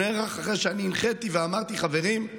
הוא נערך אחרי שהנחיתי ואמרתי: חברים,